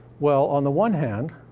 well, on the one hand,